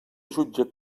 jutja